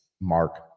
Mark